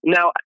Now